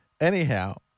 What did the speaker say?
Anyhow